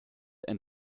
and